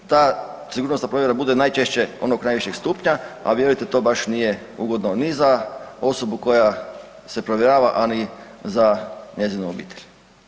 Ta sigurnosna provjera bude najčešće onog najvišeg stupnja, a vjerujte to baš nije ugodno ni za osobu koja se provjerava, a i za njezinu obitelj.